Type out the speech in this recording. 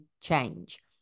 change